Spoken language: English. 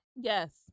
Yes